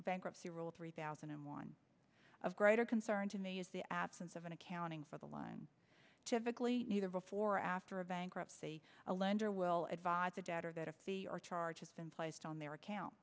bankruptcy rule three thousand and one of greater concern to me is the absence of an accounting for the line typically either before or after a bankruptcy a lender will advise the debtor that a fee or charge has been placed on their account